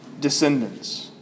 descendants